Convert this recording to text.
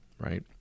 right